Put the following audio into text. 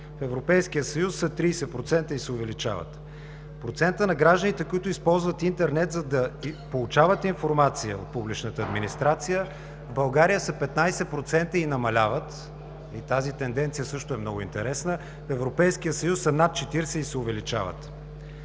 съюз са 30 % и се увеличават. Процентът на гражданите, които използват интернет, за да получават информация от публичната администрация в България са 15% и намаляват и тази тенденция също е много интересна, в Европейския съюз са над 40% и се увеличават.